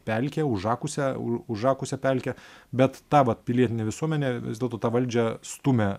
pelkę užakusią užakusią pelkę bet ta vat pilietinė visuomenė vis dėlto tą valdžią stumia